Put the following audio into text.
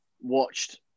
watched